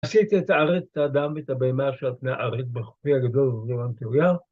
‫עשיתי את הארץ את האדם ואת הבהמה שעל פני הארץ, ‫בכחי הגדול ובזרועי הנטויה.